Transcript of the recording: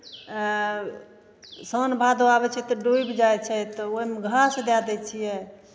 साओन भादो आबै छै तऽ डुबि जाइ छै तऽ ओहिमे घास दए दै छियै